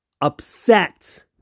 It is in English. upset